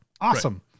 Awesome